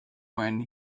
when